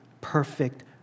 perfect